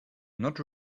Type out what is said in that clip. not